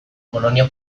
bolonia